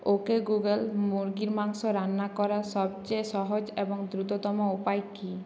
ও কে Google মুরগির মাংস রান্না করার সবচেয়ে সহজ এবং দ্রুততম উপায় কী